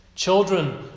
Children